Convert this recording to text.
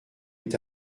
est